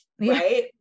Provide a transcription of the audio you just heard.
right